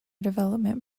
development